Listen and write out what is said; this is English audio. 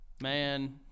man